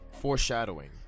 foreshadowing